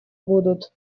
будут